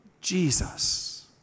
Jesus